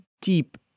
deep